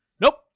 Nope